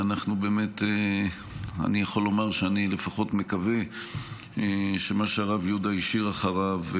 אני יכול לומר שאני לפחות מקווה שמה שהרב יהודה השאיר אחריו,